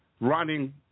running